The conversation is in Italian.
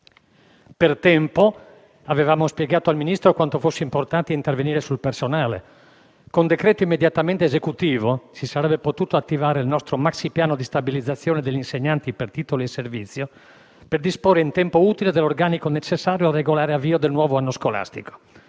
Per tempo avevamo spiegato al Ministro quanto fosse importante intervenire sul personale. Con decreto immediatamente esecutivo si sarebbe potuto attivare il nostro maxi piano di stabilizzazione degli insegnanti, per titoli e servizi, per disporre in tempo utile dell'organico necessario al regolare avvio del nuovo anno scolastico.